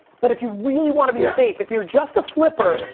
but if you really wanna be safe, if you're just a flipper,